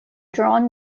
drawn